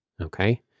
Okay